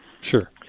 sure